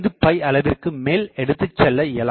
5 அளவிற்கு மேல் எடுத்துசெல்ல இயலாது